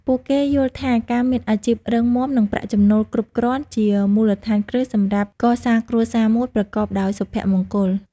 ពួកគេយល់ថាការមានអាជីពរឹងមាំ និងប្រាក់ចំណូលគ្រប់គ្រាន់ជាមូលដ្ឋានគ្រឹះសម្រាប់កសាងគ្រួសារមួយប្រកបដោយសុភមង្គល។